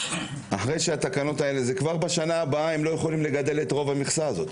כבר בשנה הבאה הם לא יוכלו לגדל את רוב המכסה הזו.